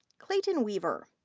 clayton weaver.